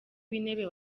w’intebe